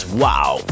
wow